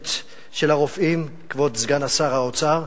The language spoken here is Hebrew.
המסתמנת של הרופאים, כבוד סגן שר האוצר,